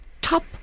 top